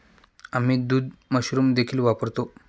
आम्ही दूध मशरूम देखील वापरतो